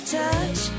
touch